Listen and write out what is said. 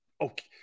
okay